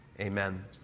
Amen